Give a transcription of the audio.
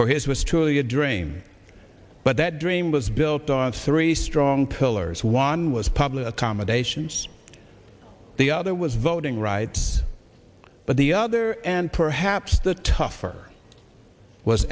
for his was truly a dream but that dream was built on three strong pillars one was public accommodations the other was voting rights but the other and perhaps the tougher was